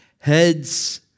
Heads